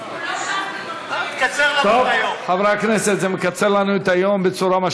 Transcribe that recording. טוב, תקצר לנו את היום.